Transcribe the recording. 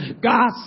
god